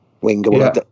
winger